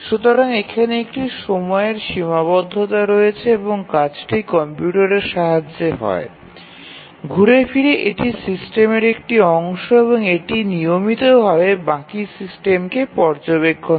সুতরাং এখানে একটি সময়ের সীমাবদ্ধতা রয়েছে এবং কাজটি কম্পিউটারের সাহায্যে হয় ঘুরে ফিরে এটি সিস্টেমের একটি অংশ এবং এটি নিয়মিতভাবে বাকি সিস্টেমকে পর্যবেক্ষণ করে